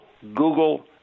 Google